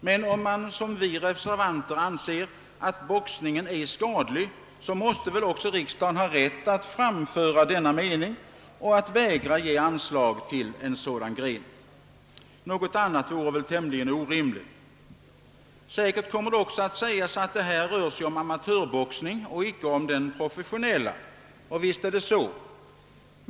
Men om man, som vi reservanter, anser att boxningen är skadlig, så måste väl också riksdagen ha rätt att framföra denna mening om att vägra ge anslag till denna gren. Något annat vore väl orimligt. Säkert kommer det också att sägas, att det här är fråga om amatörboxning och icke om professionell boxning. Visst är det så.